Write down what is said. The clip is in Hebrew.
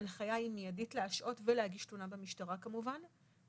ההנחיה היא מידית להשעות ולהגיש תלונה במשטרה כמובן.